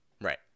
Right